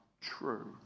true